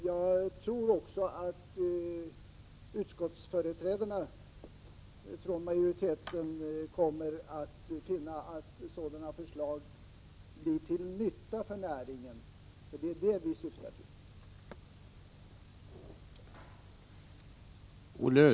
Jag tror också att företrädarna för majoriteten i utskottet kommer att finna att sådana förslag blir till nytta för näringen. Det är det vi syftar till.